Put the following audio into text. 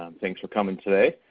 um thanks for coming today.